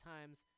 Times